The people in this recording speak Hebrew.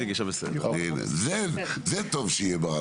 אם כך, נצביע על הסעיפים עצמם; הצבעה אחת על הכל.